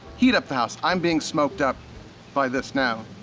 heat up the house, i'm being smoked up by this now.